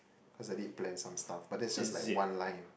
cause I did plan some stuff but that's just like one line